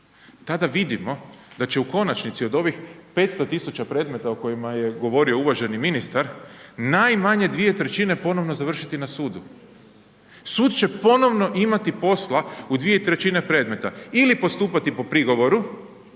tada vidimo d će u konačnici od ovih 500 000 predmeta o kojima je govorio uvaženi ministar, najmanje 2/3 ponovno završiti na sud. Sud će ponovno imati posla u 2/3 predmeta, ili postupati po prigovoru